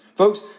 Folks